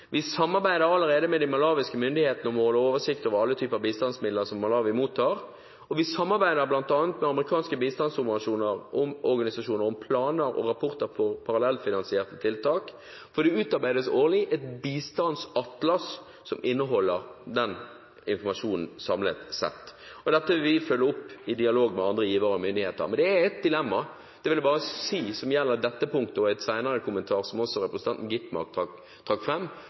Vi samarbeider allerede med de malawiske myndighetene om å holde oversikt over alle typer bistandsmidler som Malawi mottar, og vi samarbeider bl.a. med amerikanske bistandsorganisasjoner om planer og rapporter for parallellfinansierte tiltak, for det utarbeides årlig et bistandsatlas som inneholder den informasjonen samlet sett. Dette vil vi følge opp i dialog med andre givere og myndigheter. Men det er ett dilemma – det vil jeg bare si – som gjelder dette punktet og en senere kommentar, og som også representanten Skovholt Gitmark trakk